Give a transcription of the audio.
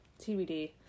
TBD